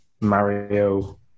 Mario